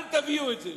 אל תביאו את זה.